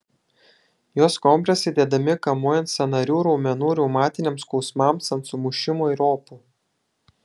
jos kompresai dedami kamuojant sąnarių raumenų reumatiniams skausmams ant sumušimų ir opų